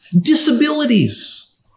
disabilities